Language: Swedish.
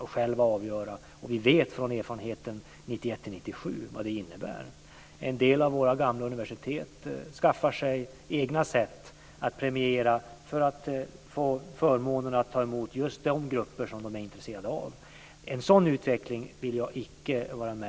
Vi vet av erfarenheterna från 1991-1997 vad detta innebär. En del av våra gamla universitet skaffar sig egna sätt att premiera för att få förmånen att ta emot just de grupper som de är intresserade av. En sådan utveckling vill jag icke ha.